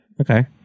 Okay